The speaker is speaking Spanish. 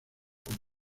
como